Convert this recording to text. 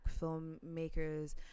filmmakers